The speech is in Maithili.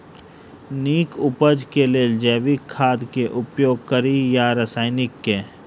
नीक उपज केँ लेल जैविक खाद केँ उपयोग कड़ी या रासायनिक केँ?